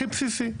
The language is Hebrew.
הכי בסיסי.